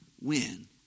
win